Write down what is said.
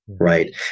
right